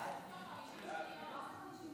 אינה נוכחת.